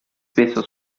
spesso